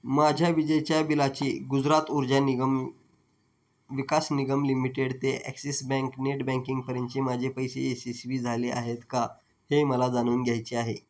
माझ्या विजेच्या बिलाची गुजरात ऊर्जा निगम विकास निगम लिमिटेड ते ॲक्सिस बँक नेट बँकिंगपर्यंतचे माझे पैसे यशस्वी झाले आहेत का हे मला जाणून घ्यायचे आहे